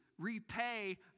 Repay